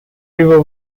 river